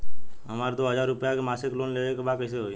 हमरा दो हज़ार रुपया के मासिक लोन लेवे के बा कइसे होई?